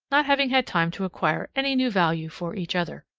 not having had time to acquire any new value for each other.